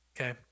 okay